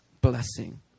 blessing